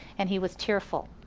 and he was tearful.